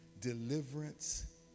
deliverance